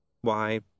Why